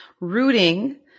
rooting